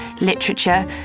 literature